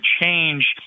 change